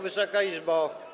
Wysoka Izbo!